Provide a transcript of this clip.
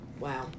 Wow